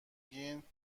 گین